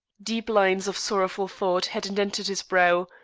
deep lines of sorrowful thought had indented his brow,